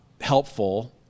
helpful